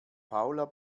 paula